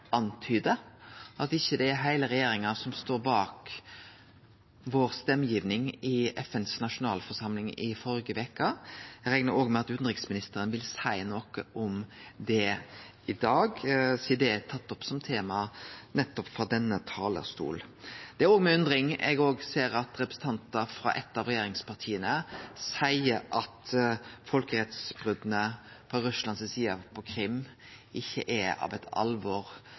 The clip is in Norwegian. antydar, at ikkje heile regjeringa står bak stemmegivinga vår i FNs generalforsamling neste veke. Eg reknar òg med at utanriksministeren vil seie noko om det i dag, sidan det er tatt opp som eit tema nettopp frå denne talarstolen. Det er òg med undring eg ser at representantar frå eit av regjeringspartia seier at folkerettsbrota frå Russland si side på Krim ikkje er av eit alvor